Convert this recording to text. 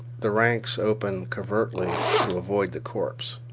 the ranks opened covertly to avoid the corpse.